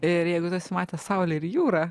ir jeigu tu esi matęs saulę ir jūrą